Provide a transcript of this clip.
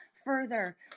further